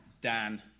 Dan